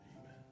Amen